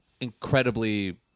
incredibly